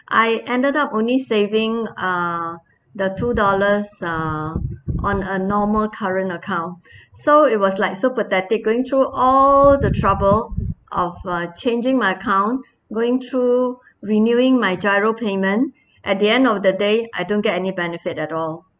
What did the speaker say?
I ended up only saving uh the two dollars uh on a normal current account so it was like so pathetic going through all the trouble of uh changing my account going through renewing my GRIO payment at the end of the day I don't get any benefit at all